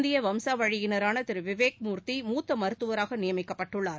இந்தியவம்சாவழியினரானதிருவிவேக் Murthy மூத்தமருத்துவராகநியமிக்கப்பட்டுள்ளார்